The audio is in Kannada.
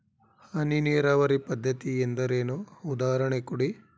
ಹನಿ ನೀರಾವರಿ ಪದ್ಧತಿ ಎಂದರೇನು, ಉದಾಹರಣೆ ಕೊಡಿ?